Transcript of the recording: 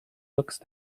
looks